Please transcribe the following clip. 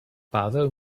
paweł